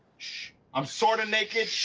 i'm sorta naked!